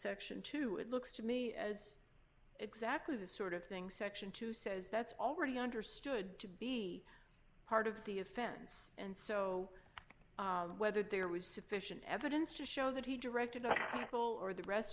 section two it looks to me as exactly the sort of thing section two says that's already understood to be part of the offense and so whether there was sufficient evidence to show that he directed the people or the rest